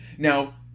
Now